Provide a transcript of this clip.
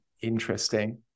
interesting